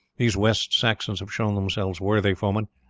these west saxons have shown themselves worthy foemen,